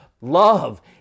Love